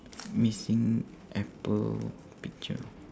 missing apple picture